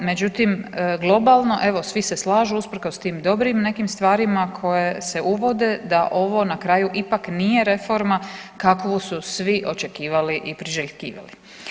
Međutim, globalno evo svi se slažu usprkos tim dobrim nekim stvarima koje se uvode da ovo na kraju ipak nije reforma kakvu su svi očekivali i priželjkivali.